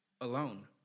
alone